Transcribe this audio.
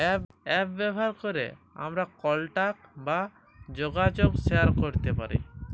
app ব্যাভার ক্যরে আমরা কলটাক বা জ্যগাজগ শেয়ার ক্যরতে পারি